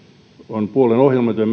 on puolueiden ohjelmatyön